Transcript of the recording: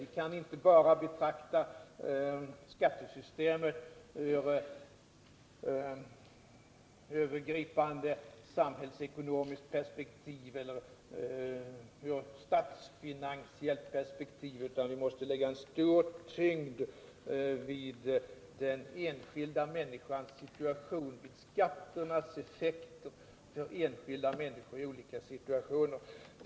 Vi kan inte bara betrakta skattesystemet ur övergripande samhällsekonomiskt eller statsfinansiellt perspektiv, utan vi måste lägga stor vikt vid den enskilda människans situation, vid skatternas effekter för enskilda människor i olika situationer.